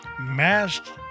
masked